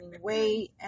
weight